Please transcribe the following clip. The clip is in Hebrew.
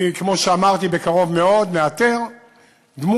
כמו שאמרתי, בקרוב מאוד אני מאתר דמות